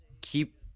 keep